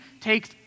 takes